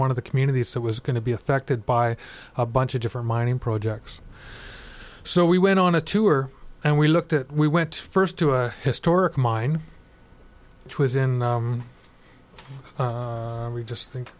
one of the communities that was going to be affected by a bunch of different mining projects so we went on a tour and we looked at we went first to a historic mine which was in i just think